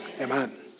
Amen